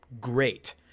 great